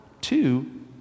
two